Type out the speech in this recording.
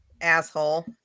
asshole